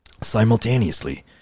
simultaneously